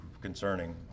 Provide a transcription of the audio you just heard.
concerning